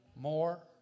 More